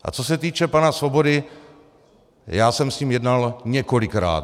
A co se týče pana Svobody, já jsem s ním jednal několikrát.